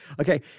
Okay